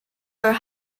were